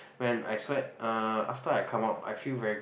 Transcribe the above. when I sweat uh after I come out I feel very